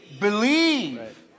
believe